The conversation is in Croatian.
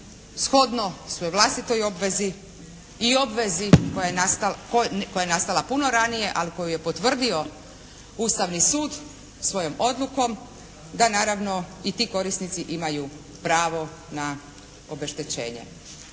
shodno svojoj vlastitoj obvezi i obvezi koja je nastala puno ranije, ali koju je potvrdio Ustavni sud svojom odlukom, da naravno i ti korisnici imaju pravo na obeštećenje.